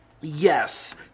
Yes